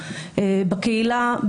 בקהילה,